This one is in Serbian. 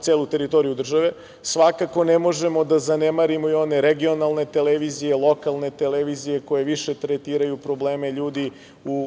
celu teritoriju države. Svakako ne može da zanemarimo i one regionalne televizije, lokalne televizije koje više tretiraju probleme ljudi